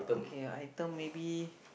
K item maybe